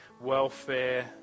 welfare